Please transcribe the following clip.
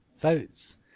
votes